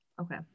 Okay